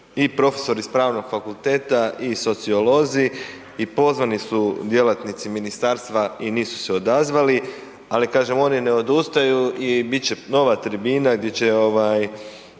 i profesori s pravnog fakulteta i sociolozi i pozvani su djelatnici ministarstva i nisu se odazvali, ali kažem oni ne odustaju i bit će nova tribina gdje će ovaj